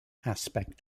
aspect